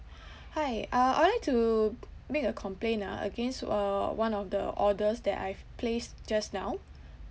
hi uh I would like to make a complaint ah against uh one of the orders that I've placed just now